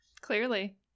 Clearly